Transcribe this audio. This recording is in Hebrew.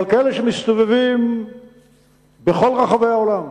אבל כאלה שמסתובבים בכל רחבי העולם.